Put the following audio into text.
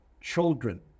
children